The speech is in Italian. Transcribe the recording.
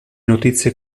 notizie